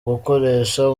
gukoresha